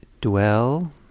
dwell